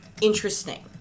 interesting